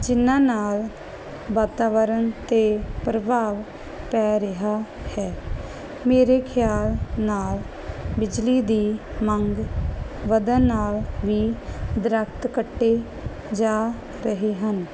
ਜਿਨਾਂ ਨਾਲ ਵਾਤਾਵਰਨ ਤੇ ਪ੍ਰਭਾਵ ਪੈ ਰਿਹਾ ਹੈ ਮੇਰੇ ਖਿਆਲ ਨਾਲ ਬਿਜਲੀ ਦੀ ਮੰਗ ਵਧਣ ਨਾਲ ਵੀ ਦਰਖਤ ਕੱਟੇ ਜਾ ਰਹੇ ਹਨ